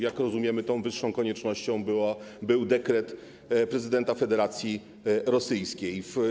Jak rozumiemy, tą wyższą koniecznością był dekret prezydenta Federacji Rosyjskiej.